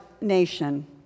nation